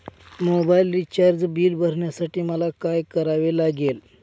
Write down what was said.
Mobile recharge bill भरण्यासाठी मला काय करावे लागेल?